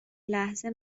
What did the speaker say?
لحظه